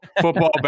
Football